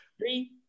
Three